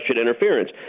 interference